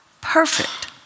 perfect